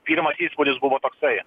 pirmas įspūdis buvo toksai